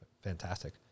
fantastic